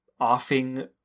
offing